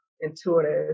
intuitive